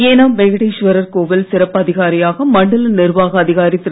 ஏனாம் வெங்கடேஸ்வரர் கோவில் சிறப்பு அதிகாரியாக மண்டல நிர்வாக அதிகாரி திரு